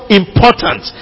important